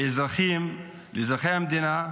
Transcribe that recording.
לאזרחים,